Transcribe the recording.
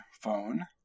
phone